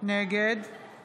נגד